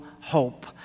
hope